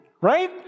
right